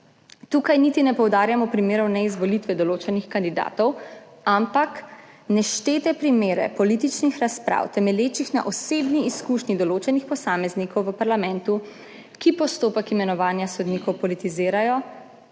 Tukaj niti ne poudarjamo primerov neizvolitve določenih kandidatov, ampak neštete primere političnih razprav, temelječih na osebni izkušnji določenih posameznikov v parlamentu, ki postopek imenovanja sodnikov politizirajo